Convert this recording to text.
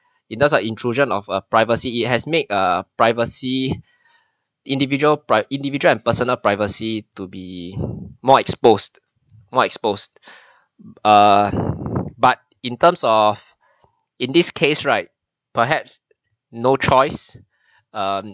it does a intrusion of a privacy it has made a privacy individual pri~ individual and personal privacy to be more exposed more exposed ah but in terms of in this case right perhaps no choice um